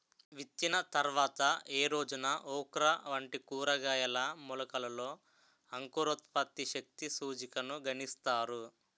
విత్తిన తర్వాత ఏ రోజున ఓక్రా వంటి కూరగాయల మొలకలలో అంకురోత్పత్తి శక్తి సూచికను గణిస్తారు?